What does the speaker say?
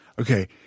okay